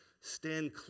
stand